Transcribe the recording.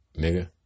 nigga